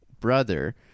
brother